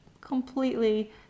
completely